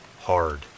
hard